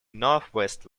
northwest